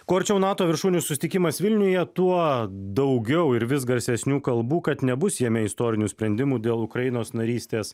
kuo arčiau nato viršūnių susitikimas vilniuje tuo daugiau ir vis garsesnių kalbų kad nebus jame istorinių sprendimų dėl ukrainos narystės